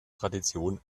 tradition